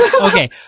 Okay